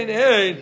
hey